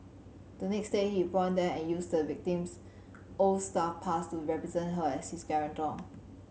the next day he pawned them and used the victim's old staff pass to represent her as his guarantor